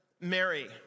Mary